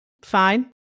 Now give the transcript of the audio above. Fine